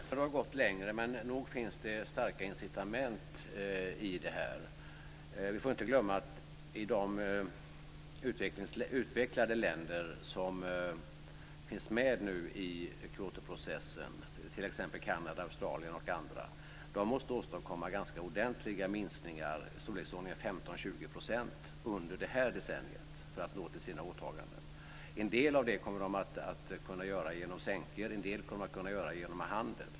Fru talman! Man kunde ha gått längre. Men nog finns det starka incitament i detta. Vi får inte glömma att man i de utvecklade länder som nu finns med i Kyotoprocessen, t.ex. Kanada, Australien m.fl., måste åstadkomma ordentliga minskningar i storleksordningen 15-20 % under det här decenniet för att uppnå sina åtaganden. En del av det kommer de att kunna göra genom sänkningar en del kommer de att kunna göra genom handel.